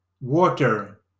water